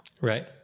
Right